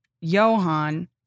johan